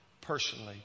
personally